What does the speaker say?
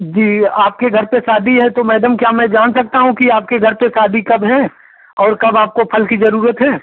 जी आपके घर पर शादी है तो मैडम क्या मैं जान सकता हूँ की आपके घर पर शादी कब है और कब आपको फल कि ज़रूरत है